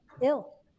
ill